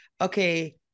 okay